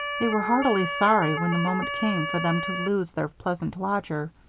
they were heartily sorry when the moment came for them to lose their pleasant lodger.